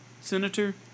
senator